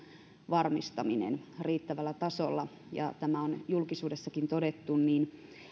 varmistaminen riittävällä tasolla ja tämä on julkisuudessakin todettu niin